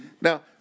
Now